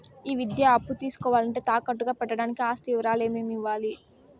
ఈ విద్యా అప్పు తీసుకోవాలంటే తాకట్టు గా పెట్టడానికి ఆస్తి వివరాలు ఏమేమి ఇవ్వాలి?